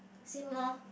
same lor